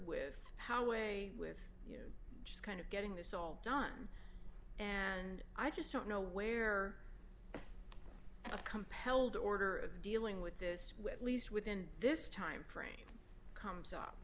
with how way with you just kind of getting this all done and i just don't know where a compelled order of dealing with this with least within this time frame comes up